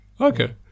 Okay